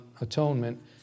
atonement